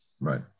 Right